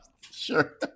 Sure